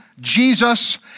Jesus